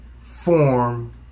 form